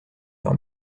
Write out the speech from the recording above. leur